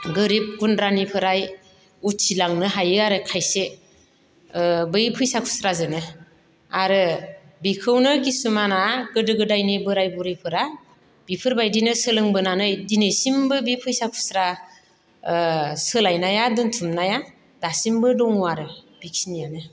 गोरिब गुन्द्रानिफ्राय उथिलांनो हायो आरो खायसे बै फैसा खुस्राजोंनो आरो बेखौनो किसुमाना गोदो गोदायनि बोराय बुरैफोरा बेफोरबायदिनो सोलोंबोनानै दिनैसिमबो बे फैसा खुस्रा सोलायनाया दोनथुमनाया दासिमबो दङ आरो बेखिनियानो